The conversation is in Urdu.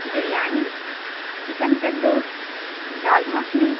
بریانی چکن تندور دال مخنی